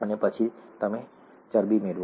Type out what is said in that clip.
પછી તમે ચરબી મેળવો છો